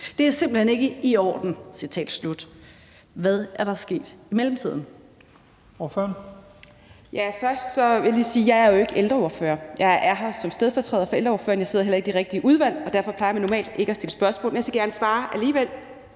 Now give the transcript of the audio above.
Det er simpelt hen ikke i orden.« Hvad er der sket i mellemtiden?